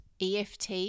EFT